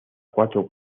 cuatro